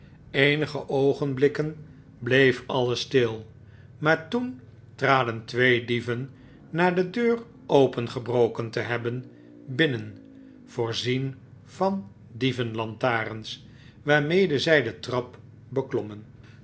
eenige oogenblikken bleef alles stil maar toen traden twee dieven na de deur opengebroken te hebben binnen voorzien van dievenlantarens waarmede zij de trap beklommen